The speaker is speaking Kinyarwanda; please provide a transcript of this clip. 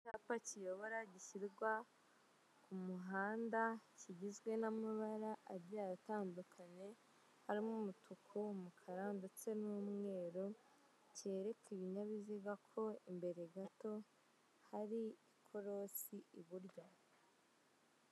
Icyapa kiyobora gishyirwa ku muhanda kigizwe n'amabara agiye atandukanye, harimo umutuku umukara ndetse n'umweru cyereka ibinyabiziga ko imbere gato hari ikorosi iburyo.